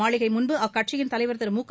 மாளிகைமுன்பு அக்கட்சியிள் தலைவர் திருமுக